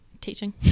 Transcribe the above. teaching